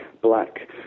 black